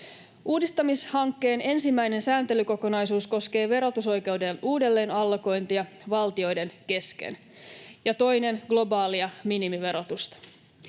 Uudistamishankkeen ensimmäinen sääntelykokonaisuus koskee verotusoikeuden uudelleen allokointia valtioiden kesken ja toinen globaalia minimiverotusta.